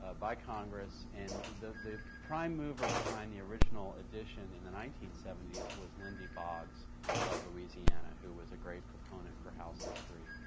ah by congress, and the the prime mover behind the original edition in the nineteen seventy s was lindy boggs of louisiana, who was a great proponent for house history,